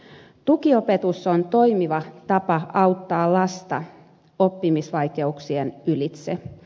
tukiopetus on toimiva tapa auttaa lasta oppimisvaikeuksien ylitse